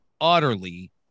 utterly